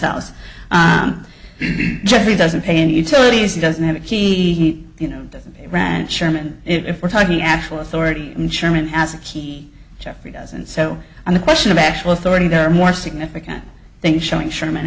house generally doesn't pay any teles he doesn't have a key you know that rant sherman if we're talking actual authority and sherman has a key jeffrey does and so on the question of actual authority there are more significant things showing sherman